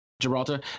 Gibraltar